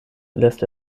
lässt